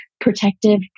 protective